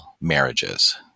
marriages